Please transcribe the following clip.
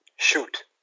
shoot